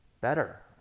better